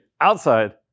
outside